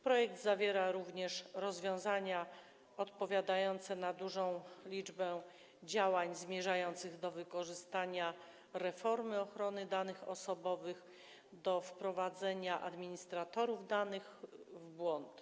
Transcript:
Projekt zawiera również rozwiązania odpowiadające na dużą liczbę działań zmierzających do wykorzystania reformy ochrony danych osobowych do wprowadzenia administratorów danych w błąd.